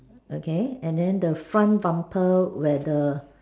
okay and then the front bumper where the